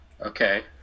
Okay